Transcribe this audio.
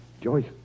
Joyce